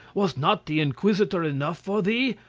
was not the inquisitor enough for thee?